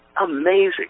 amazing